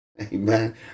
Amen